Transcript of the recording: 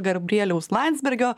garbrieliaus landsbergio